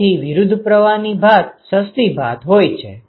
તેથી વિરુદ્ધ પ્રવાહની ભાત સસ્તી ભાત હોય છે